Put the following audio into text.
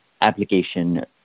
application